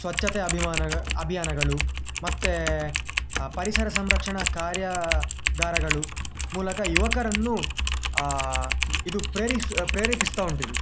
ಸ್ವಚ್ಛತೆ ಅಭಿಮಾನಗ ಅಭಿಯಾನಗಳು ಮತ್ತು ಪರಿಸರ ಸಂರಕ್ಷಣಾ ಕಾರ್ಯಾಗಾರಗಳ ಮೂಲಕ ಯುವಕರನ್ನು ಇದು ಪ್ರೇರಿಸ್ ಪ್ರೇರೇಪಿಸ್ತಾ ಉಂಟಿದು